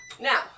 Now